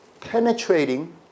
penetrating